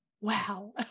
wow